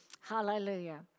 Hallelujah